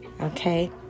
Okay